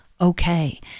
okay